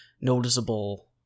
noticeable